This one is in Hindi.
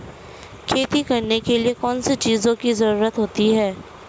खेती करने के लिए कौनसी चीज़ों की ज़रूरत होती हैं?